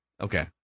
Okay